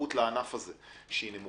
ומודעות לענף הזה שהיא נמוכה.